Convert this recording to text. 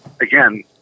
again